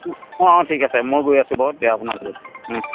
অ' অ' ঠিক আছে মই গৈ আছোঁ বাৰু